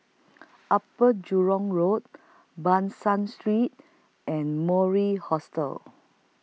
Upper Jurong Road Ban San Street and Mori Hostel